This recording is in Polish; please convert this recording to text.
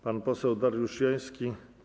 Pan poseł Dariusz Joński.